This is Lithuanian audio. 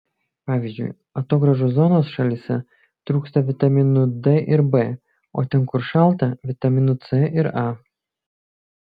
pavyzdžiui atogrąžų zonos šalyse trūksta vitaminų d ir b o ten kur šalta vitaminų c ir a